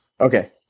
Okay